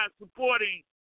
supporting